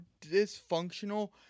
dysfunctional